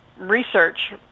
research